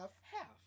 half